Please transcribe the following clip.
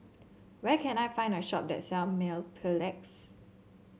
where can I find a shop that sell Mepilex